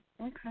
Okay